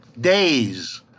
days